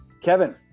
Kevin